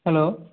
hello